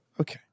Okay